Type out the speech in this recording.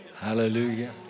Hallelujah